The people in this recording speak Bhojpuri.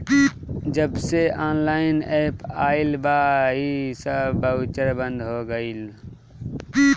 जबसे ऑनलाइन एप्प आईल बा इ सब बाउचर बंद हो गईल